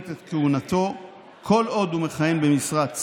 תודה לכם.